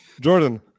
Jordan